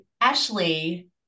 Ashley